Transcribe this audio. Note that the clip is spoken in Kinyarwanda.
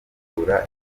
itegura